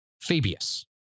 Fabius